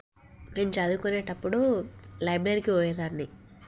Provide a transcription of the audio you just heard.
నేను చదువుకునేటప్పుడు లైబ్రరీకి పోయేదాన్ని